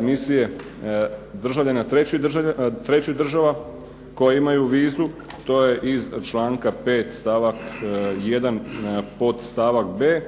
misije državljana trećih država koje imaju vizu. To je iz članka 5. stavak 1. podstavak B.